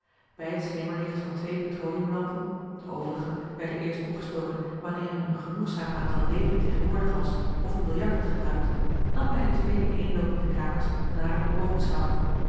bij het schemerlicht van twee petroleumlampen de overigen werden eerst opgestoken wanneer er een genoegzaam aantal leden tegenwoordig was of het biljart werd gebruikt nam hij de twee ineenloopende kamers nader in